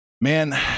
Man